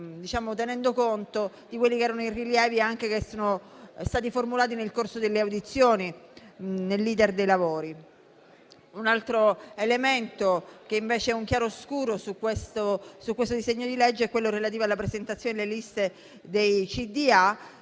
tenendo conto dei rilievi che sono stati formulati nel corso delle audizioni nell'*iter* dei lavori. Un altro elemento in chiaroscuro in questo disegno di legge è quello relativo alla presentazione delle liste dei